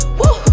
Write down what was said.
woo